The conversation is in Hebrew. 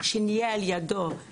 שנהיה לידו